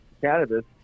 cannabis